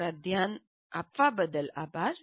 તમારા ધ્યાન આપવા બદલ આભાર